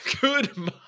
good